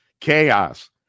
Chaos